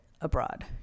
abroad